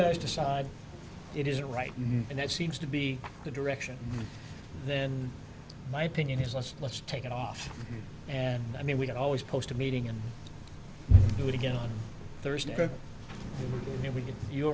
guys decide it isn't right and that seems to be the direction then my opinion is let's let's take it off and i mean we can always post a meeting and do it again on thursday